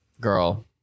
girl